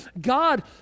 God